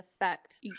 affect